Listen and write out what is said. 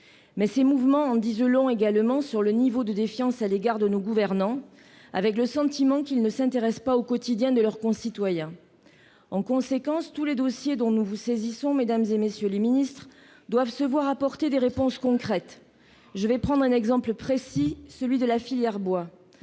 Mais ces mouvements en disent long également sur le niveau de défiance à l'égard de nos gouvernants. Ils reflètent ainsi le sentiment que ceux-ci ne s'intéressent pas au quotidien de leurs concitoyens. Par conséquent, tous les dossiers dont nous vous saisissons, mesdames, messieurs les ministres, doivent se voir apporter des réponses concrètes. Je vais prendre un exemple précis, celui de la situation